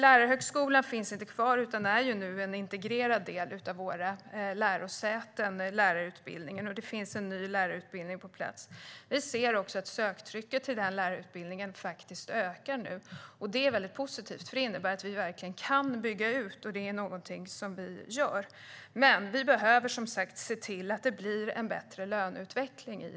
Lärarhögskolan finns inte kvar utan är nu en integrerad del av våra lärosäten, och det finns en ny lärarutbildning på plats. Söktrycket till den utbildningen ökar nu, och det är positivt. Det innebär att vi verkligen kan bygga ut, och det gör vi. Men vi behöver som sagt se till att det blir en bättre löneutveckling.